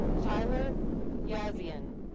tyler yazujian.